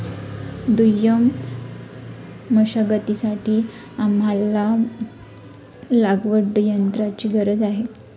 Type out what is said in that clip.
दुय्यम मशागतीसाठी आम्हाला लागवडयंत्राची गरज आहे